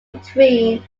between